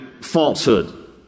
falsehood